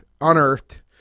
unearthed